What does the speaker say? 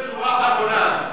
בשורה האחרונה.